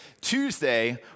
Tuesday